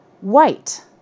white